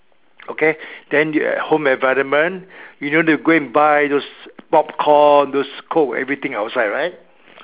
okay then you at home environment you don't have to go and buy those popcorn those coke everything outside right